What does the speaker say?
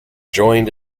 joined